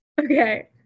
okay